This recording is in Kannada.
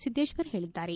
ಸಿದ್ಲೇಶ್ವರ್ ಹೇಳಿದ್ಲಾರೆ